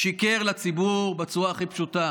הוא שיקר לציבור בצורה הכי פשוטה.